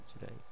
today